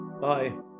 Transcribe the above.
Bye